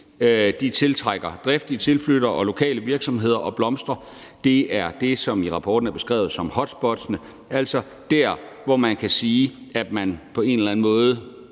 og tiltrækker driftige tilflyttere og lokale virksomheder og blomstrer. Det er det, som i rapporten er beskrevet som hotspottene, altså der, hvor man kan sige, at man på en eller anden måde